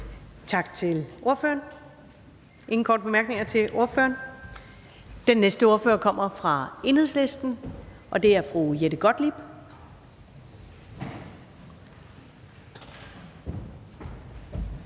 Tak til ordføreren. Der er ingen korte bemærkninger til ordføreren. Den næste ordfører kommer fra Enhedslisten, og det er fru Jette Gottlieb.